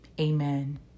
Amen